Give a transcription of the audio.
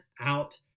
out